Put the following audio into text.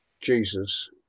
Jesus